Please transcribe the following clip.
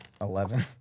Eleven